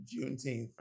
Juneteenth